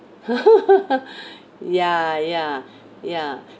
ya ya ya